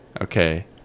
okay